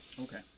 Okay